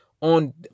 on